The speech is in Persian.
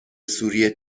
سوری